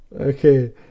Okay